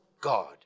God